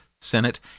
Senate